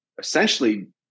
essentially